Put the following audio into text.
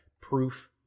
proof